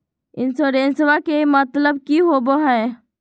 इंसोरेंसेबा के मतलब की होवे है?